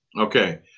okay